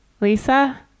Lisa